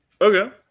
Okay